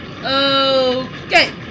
Okay